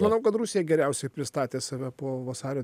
manau kad rusija geriausiai pristatė save po vasario